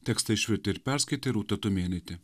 tekstą išvertė ir perskaitė rūta tumėnaitė